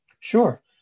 Sure